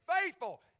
Faithful